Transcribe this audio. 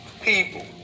people